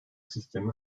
sistemi